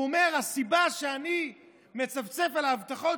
והוא אומר: הסיבה שאני מצפצף על ההבטחות